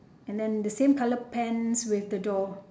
and then the same colour pants with the door